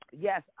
Yes